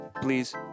Please